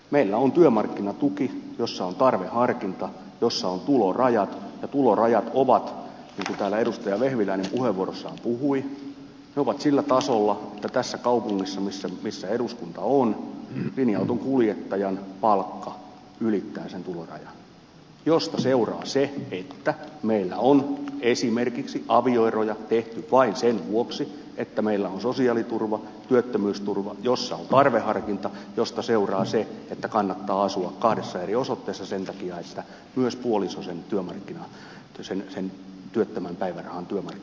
meillä on työmarkkinatuki jossa on tarveharkinta jossa on tulorajat ja tulorajat ovat niin kuin täällä edustaja vehviläinen puheenvuorossaan puhui sillä tasolla että tässä kaupungissa missä eduskunta on linja autonkuljettajan palkka ylittää sen tulorajan mistä seuraa se että meillä on esimerkiksi avioeroja tehty vain sen vuoksi että meillä on sosiaaliturva työttömyysturva jossa on tarveharkinta mistä seuraa se että kannattaa asua kahdessa eri osoitteessa sen takia että myös puoliso sen työttömän päivärahan työmarkkinatuen saa